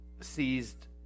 seized